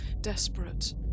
Desperate